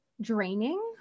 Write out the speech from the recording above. draining